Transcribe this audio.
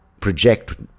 project